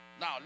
Now